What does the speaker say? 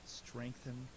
strengthen